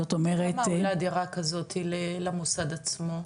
זאת אומרת --- כמה עולה דירה כזאת למוסד עצמו?